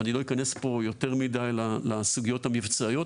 ואני לא אכנס פה יותר מדי לסוגיות המבצעיות,